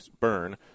Burn